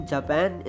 Japan